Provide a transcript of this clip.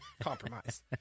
Compromise